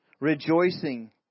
rejoicing